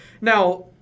Now